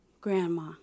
Grandma